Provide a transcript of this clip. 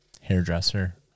hairdresser